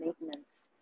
maintenance